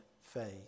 faith